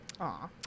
Aw